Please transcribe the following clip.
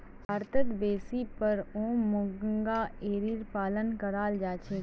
भारतत बेसी पर ओक मूंगा एरीर पालन कराल जा छेक